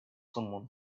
someone